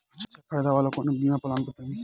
अच्छा फायदा वाला कवनो बीमा पलान बताईं?